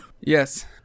Yes